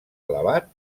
alabat